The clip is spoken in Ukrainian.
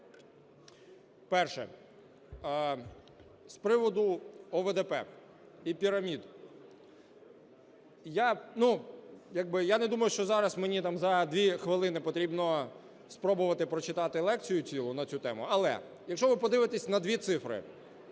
Перше: з приводу ОВДП і пірамід. Я як би, я не думаю, що зараз мені там за дві хвилини потрібно спробувати прочитати лекцію на цю тему. Але якщо ви подивитесь на дві цифри,